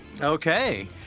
Okay